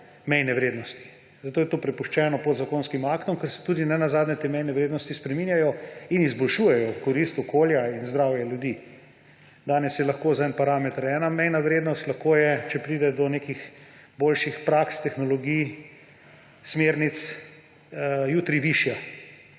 mejne vrednosti. To je prepuščeno podzakonskim aktom, ker se tudi nenazadnje te mejne vrednosti spreminjajo in izboljšujejo v korist okolja in zdravja ljudi. Danes je lahko za en parameter ena mejna vrednost, če pa pride do nekih boljših praks, tehnologij, smernic, je lahko jutri višja.